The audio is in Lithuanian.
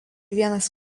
vienas